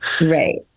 Right